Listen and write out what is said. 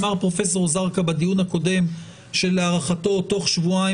אמר פרופסור זרקא בדיון הקודם שלהערכתו תוך שבועיים